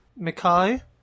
Mikai